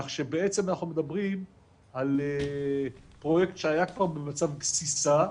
כך שבעצם אנחנו מדברים על פרויקט שהיה כבר במצב גסיסה,